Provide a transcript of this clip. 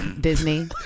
Disney